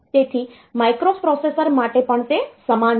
તેથી માઇક્રોપ્રોસેસર માટે પણ તે સમાન છે